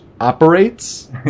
operates